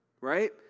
right